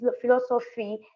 philosophy